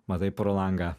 matai pro langą